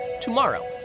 Tomorrow